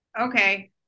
Okay